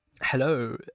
Hello